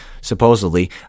Supposedly